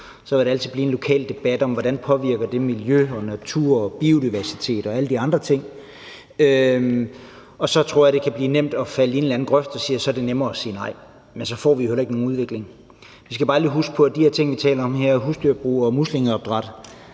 – vil der altid blive en lokal debat om, hvordan det påvirker miljø og natur og biodiversitet og alle de andre ting. Og så tror jeg, man nemt kan falde i den grøft, hvor det er nemmere at sige nej. Men så får vi jo heller ikke nogen udvikling. Vi skal bare lige huske på, at de ting, vi taler om her, husdyrbrug og muslingeopdræt,